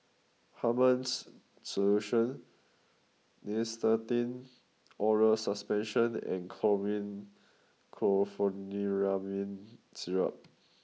Hartman's Solution Nystatin Oral Suspension and Chlormine Chlorpheniramine Syrup